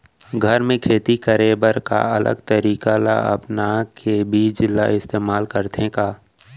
घर मे खेती करे बर का अलग तरीका ला अपना के बीज ला इस्तेमाल करथें का?